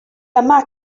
yma